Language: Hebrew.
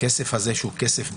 שהכסף הזה, שהוא כסף ביניים,